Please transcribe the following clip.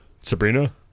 Sabrina